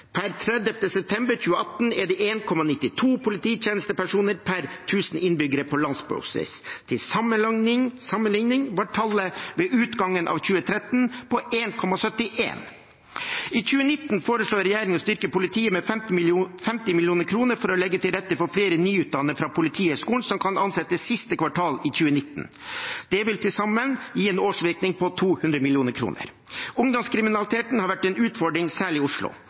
Per 30. september 2018 er det 1,92 polititjenestepersoner per 1 000 innbyggere på landsbasis. Til sammenlikning var tallet ved utgangen av 2013 på 1,71. I 2019 foreslår regjeringen å styrke politiet med 50 mill. kr for å legge til rette for flere nyutdannede fra Politihøgskolen, som kan ansettes siste kvartal i 2019. Det vil til sammen gi en årsvirkning på 200 mill. kr. Ungdomskriminaliteten har vært en utfordring, særlig i Oslo.